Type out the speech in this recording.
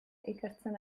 ikertzen